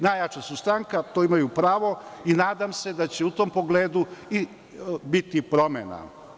Najjača su stranka, to imaju pravo i nadam se da će u tom pogledu i biti promena.